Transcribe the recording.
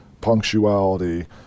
punctuality